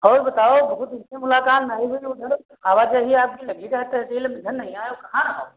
और बताओ बहुत दिन से मुलाकात नहीं भई उधर आवाजाही आपकी लगी रहत रही इसलिए हम इधर नहीं आए और कहाँ रहो